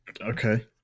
Okay